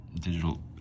digital